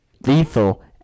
lethal